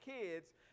kids